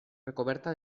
recoberta